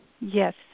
yes